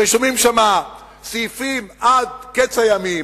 רשומים שם סעיפים עד קץ הימים,